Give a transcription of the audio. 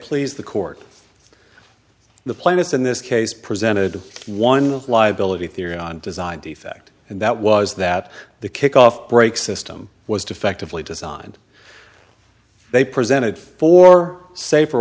please the court the plaintiffs in this case presented one liability theory on design defect and that was that the kick off brake system was defectively designed they presented four safer